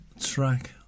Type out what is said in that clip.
track